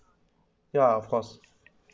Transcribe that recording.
ya of course